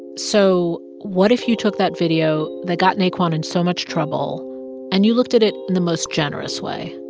so what if you took that video that got naquan and so much trouble and you looked at it in the most generous way?